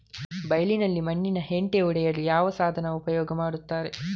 ಬೈಲಿನಲ್ಲಿ ಮಣ್ಣಿನ ಹೆಂಟೆ ಒಡೆಯಲು ಯಾವ ಸಾಧನ ಉಪಯೋಗ ಮಾಡುತ್ತಾರೆ?